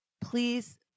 please